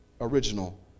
original